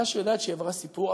של ילדה שיודעת שהיא עברה סיפור,